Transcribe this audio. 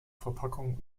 verpackung